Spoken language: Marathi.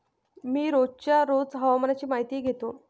मी रोजच्या रोज हवामानाची माहितीही घेतो